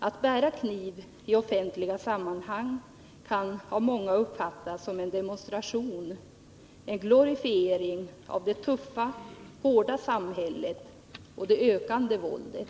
Bärande av kniv i offentliga sammanhang kan av många uppfattas som en demonstration, en glorifiering av det tuffa, hårda samhället och det ökande våldet.